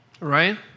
right